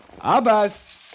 Abbas